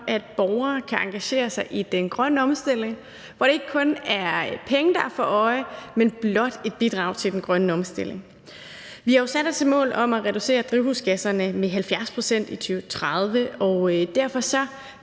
at borgere kan engagere sig i den grønne omstilling, hvor det ikke kun er penge, der er for øje, men blot et bidrag til den grønne omstilling. Vi har jo sat os et mål om at reducere udledningen af drivhusgasser med 70 pct. i 2030, og derfor